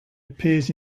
appears